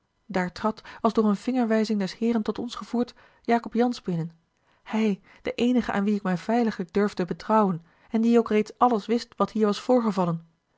daar trad als door eene vingerwijzing des heeren tot ons gevoerd jacob jansz binnen hij de eenige aan wien ik mij veiliglijk durfde betrouwen en die ook reeds alles wist wat hier was voorgevallen